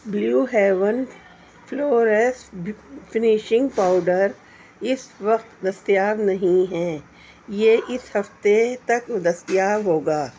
blue heaven flawless finishing powder اس وقت دستیاب نہیں ہیں یہ اس ہفتے تک دستیاب ہوگا